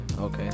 Okay